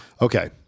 Okay